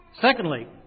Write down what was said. Secondly